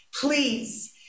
please